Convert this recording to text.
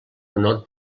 menor